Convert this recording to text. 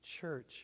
church